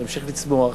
ימשיך לצמוח,